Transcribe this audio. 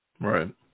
Right